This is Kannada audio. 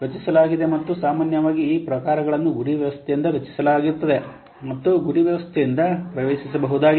ರಚಿಸಲಾಗಿದೆ ಮತ್ತು ಸಾಮಾನ್ಯವಾಗಿ ಈ ಪ್ರಕಾರಗಳನ್ನು ಗುರಿ ವ್ಯವಸ್ಥೆಯಿಂದ ರಚಿಸಲಾಗುತ್ತದೆ ಮತ್ತು ಗುರಿ ವ್ಯವಸ್ಥೆಯಿಂದ ಪ್ರವೇಶಿಸಬಹುದಾಗಿದೆ